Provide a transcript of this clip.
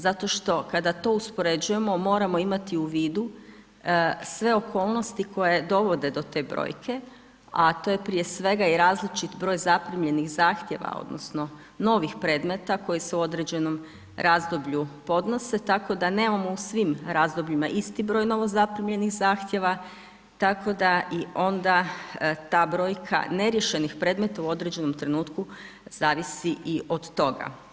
Zato što kada to uspoređujemo, moramo imati u vidu, sve okolnosti, koje dovode do te brojke, a to je prije svega i različiti broj zaprimljenih zahtjeva, odnosno, novih predmeta, koje se u određenom razdoblju podnose, tako da nemamo u svim razdobljima isti broj novo zaprimljenih zahtjeva, tako da i onda ta brojka neriješenih predmeta u određenom trenutku zavisi i od toga.